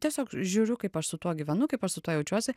tiesiog žiūriu kaip aš su tuo gyvenu kaip aš su tuo jaučiuosi